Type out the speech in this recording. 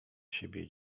siebie